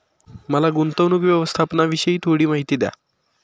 मला गुंतवणूक व्यवस्थापनाविषयी थोडी माहिती द्या